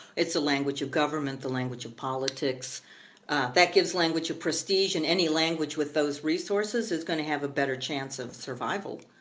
language of government, the language of politics that gives language a prestige, and any language with those resources is going to have a better chance of survival.